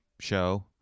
show